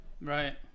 right